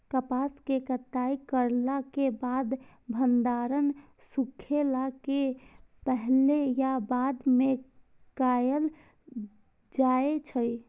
कपास के कटाई करला के बाद भंडारण सुखेला के पहले या बाद में कायल जाय छै?